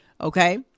okay